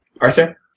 Arthur